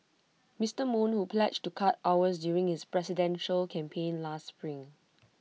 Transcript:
Mister moon who pledged to cut hours during his presidential campaign last spring